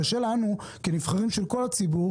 קשה לנו כנבחרים של כל הציבור,